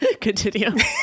Continue